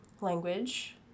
language